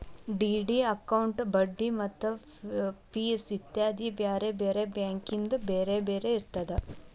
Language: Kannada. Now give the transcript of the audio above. ಡಿ.ಡಿ ಅಕೌಂಟಿನ್ ಬಡ್ಡಿ ಮತ್ತ ಫಿಸ್ ಇತ್ಯಾದಿ ಬ್ಯಾರೆ ಬ್ಯಾರೆ ಬ್ಯಾಂಕಿಂದ್ ಬ್ಯಾರೆ ಬ್ಯಾರೆ ಇರ್ತದ